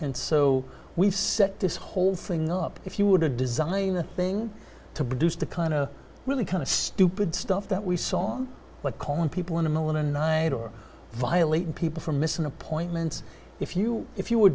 and so we've set this whole thing up if you were to design the thing to produce the kind of really kind of stupid stuff that we saw but calling people in the middle of a night or violating people for missing appointments if you if you were